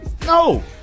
No